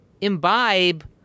imbibe